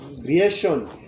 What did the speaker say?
creation